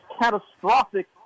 catastrophic